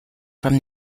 from